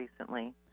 recently